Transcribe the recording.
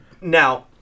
Now